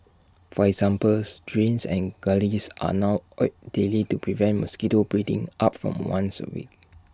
for examples drains and gullies are now oiled daily to prevent mosquito breeding up from once A week